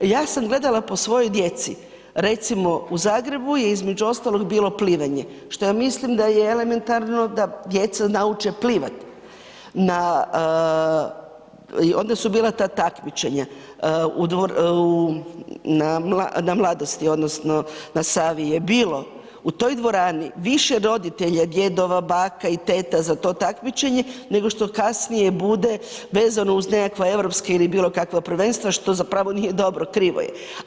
Ja sam gledala po svojoj djeci, recimo u Zagrebu je između ostalog bilo plivanje što mislim da je elementarno da djeca nauče plivat i onda su bila ta takmičenja na Mladosti odnosno na Savi je bilo u toj dvorani više roditelja, djedova, baka i teta za to takmičenje nego što kasnije bude vezano uz europska ili bilo kakva prvenstva što zapravo nije dobro, krivo je.